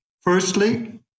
Firstly